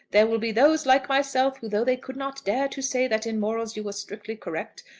there will be those, like myself, who, though they could not dare to say that in morals you were strictly correct,